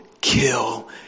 kill